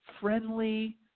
friendly